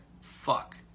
fuck